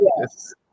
Yes